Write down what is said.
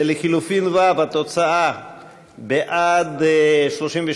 בלחלופין ו' התוצאה: בעד,